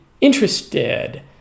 interested